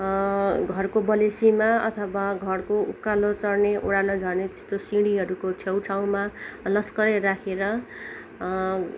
घरको बलेसीमा अथवा घरको उकालो चढ्ने ओरालो झर्ने त्यस्तो सिँढीहरूको छेउछाउमा लस्करै राखेर